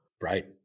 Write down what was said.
Right